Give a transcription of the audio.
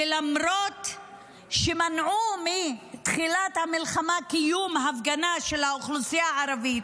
ולמרות שמנעו מתחילת המלחמה קיום הפגנה של האוכלוסייה הערבית,